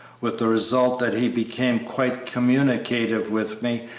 with the result that he became quite communicative with me,